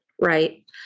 right